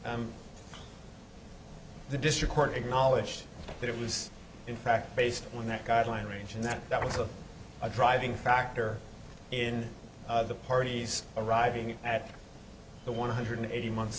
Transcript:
the district court acknowledged that it was in fact based on that guideline range and that that was a driving factor in the parties arriving at the one hundred eighty month